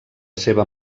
seva